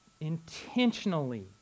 intentionally